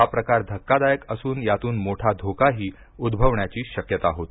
हा प्रकार धक्कादायक असुन यातुन मोठा धोकाही उदभवण्याची शक्यता होती